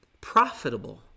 profitable